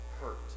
hurt